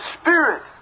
Spirit